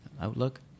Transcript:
outlook